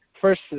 First